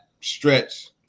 stretch